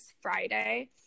Friday